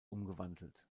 umgewandelt